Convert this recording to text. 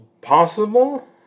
possible